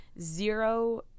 zero